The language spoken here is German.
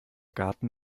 garten